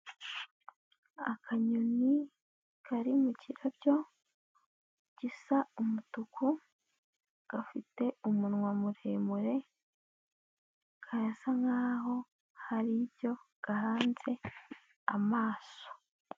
Akanyoni kari mu kirabyo gisa umutuku, gafite umunwa muremure, karasa nk'aho hari ibyo gahanze amaso.